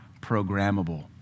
programmable